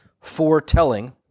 foretelling